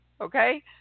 okay